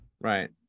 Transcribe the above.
right